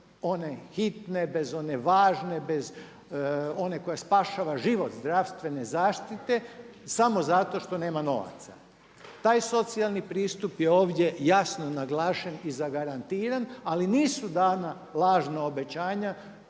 one hitne, bez one važne, bez one koja spašava život zdravstvene zaštite samo zato što nema novaca. Taj socijalni pristup je ovdje jasno naglašen i zagarantiran, ali nisu dana lažna obećanja